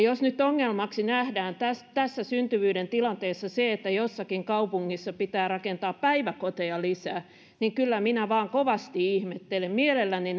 jos nyt ongelmaksi nähdään tässä syntyvyyden tilanteessa se että jossakin kaupungissa pitää rakentaa päiväkoteja lisää niin kyllä minä vain kovasti ihmettelen mielelläni